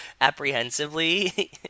apprehensively